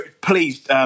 Please